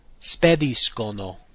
spediscono